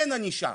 אין ענישה,